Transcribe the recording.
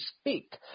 speak